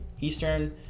Eastern